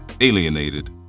alienated